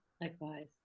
Likewise